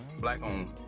black-owned